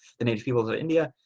the native peoples of india.